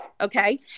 okay